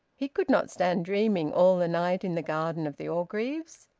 he could not stand dreaming all the night in the garden of the orgreaves.